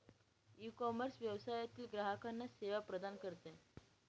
ecommerce व्यवसायातील ग्राहकांना सेवा प्रदान करते